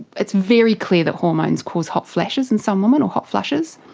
it's very clear that hormones cause hot flashes in some women or hot flushes,